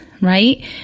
right